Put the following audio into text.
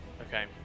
Okay